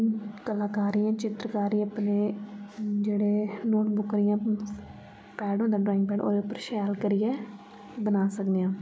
कलाकारी चितरकारी अपने जेह्ड़े नोटबुक जां पैड होंदा ड्राइंग पैड ओह्दे उप्पर शैल करियै बना सकने आं